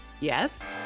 Yes